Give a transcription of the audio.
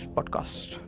Podcast